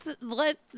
let